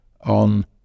on